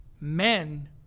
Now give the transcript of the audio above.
men